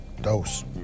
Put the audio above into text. Dose